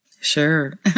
Sure